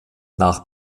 nach